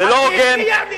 אתה לא נותן לי לסיים.